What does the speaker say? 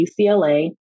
UCLA